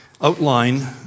outline